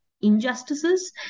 injustices